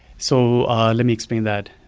so let me explain that.